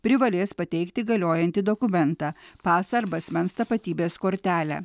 privalės pateikti galiojantį dokumentą pasą arba asmens tapatybės kortelę